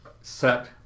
set